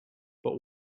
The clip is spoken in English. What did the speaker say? but